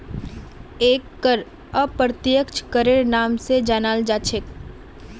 एक कर अप्रत्यक्ष करेर नाम स जानाल जा छेक